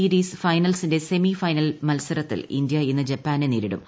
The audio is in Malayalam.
സീരീസ് ഫൈനൽസിന്റെ സെമി ഫൈനൽ മത്സരത്തിൽ ഇന്തൃ ഇന്ന് ജപ്പാനെ നേരിടും